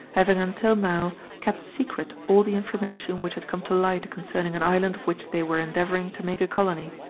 having until now kept secret all the information which had come to light concerning an island of which they were endeavouring to make a colony.